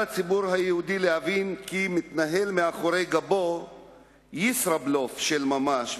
על הציבור היהודי להבין כי מתנהל מאחורי גבו ישראבלוף של ממש,